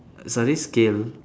sorry scale